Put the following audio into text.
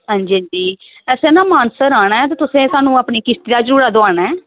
जी जी असें ना मानसर आना ऐ ते तुसें असेंगी अपनी किश्ती दा झूटा दोआना ऐ